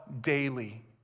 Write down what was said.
daily